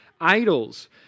idols